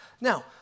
Now